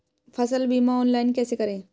फसल बीमा ऑनलाइन कैसे करें?